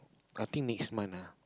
I think next month ah